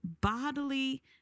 bodily